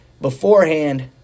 beforehand